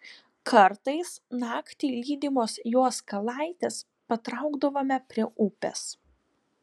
kartais naktį lydimos jos kalaitės patraukdavome prie upės